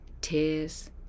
tears